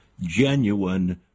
genuine